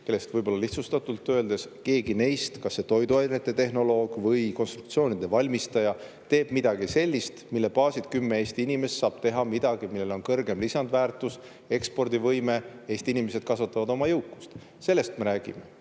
inimesi, võib-olla lihtsustatult öeldes, kas see on toiduainete tehnoloog või konstruktsioonide valmistaja, kes teeb midagi sellist, mille baasilt kümme Eesti inimest saab teha midagi, millel on kõrgem lisandväärtus ja ekspordivõime. Niimoodi Eesti inimesed kasvataksid oma jõukust. Sellest me räägime.